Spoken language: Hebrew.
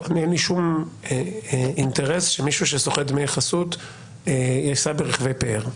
אין לי שום אינטרס שמישהו שסוחט דמי חסות ייסע ברכבי פאר.